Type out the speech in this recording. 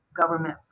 government